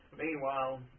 Meanwhile